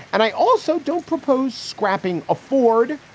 and i also don't propose scrapping a ford.